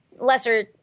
lesser